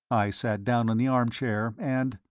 i sat down in the armchair, and